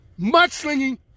mudslinging